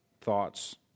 thoughts